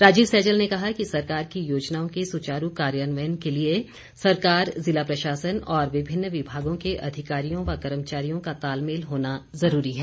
राजीव सैजल ने कहा कि सरकार की योजनाओं के सुचारू कार्यान्वयन के लिए सरकार जिला प्रशासन और विभिन्न विभागों के अधिकारियों व कर्मचारियों का तालमेल होना जरूरी है